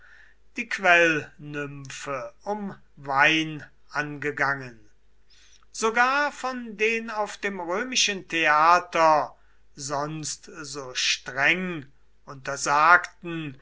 die quellnymphe um wein angegangen sogar von den auf dem römischen theater sonst so streng untersagten